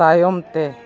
ᱛᱟᱭᱚᱢ ᱛᱮ